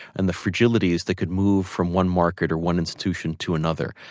and the fragilities that could move from one market or one institution to another.